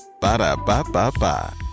Ba-da-ba-ba-ba